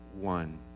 one